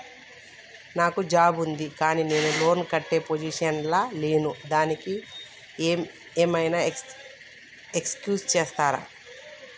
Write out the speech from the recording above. నాకు జాబ్ ఉంది కానీ నేను లోన్ కట్టే పొజిషన్ లా లేను దానికి ఏం ఐనా ఎక్స్క్యూజ్ చేస్తరా?